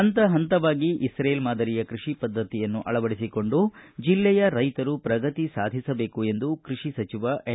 ಹಂತ ಪಂತವಾಗಿ ಇಸ್ರೇಲ್ ಮಾದರಿಯ ಕೃಷಿ ಪದ್ದತಿಯನ್ನು ಅಳವಡಿಸಿಕೊಂಡು ಜಿಲ್ಲೆಯ ರೈತರು ಪ್ರಗತಿ ಸಾಧಿಸಬೇಕು ಎಂದು ಕೃಷಿ ಸಚಿವ ಎನ್